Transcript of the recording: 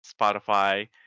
Spotify